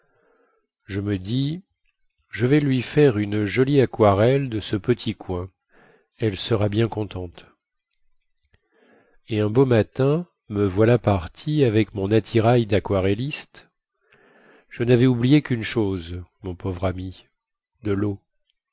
je me dis je vais lui faire une jolie aquarelle de ce petit coin elle sera bien contente et un beau matin me voilà parti avec mon attirail daquarelliste je navais oublié quune chose mon pauvre ami de leau